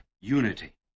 unity